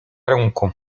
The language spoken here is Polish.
ręką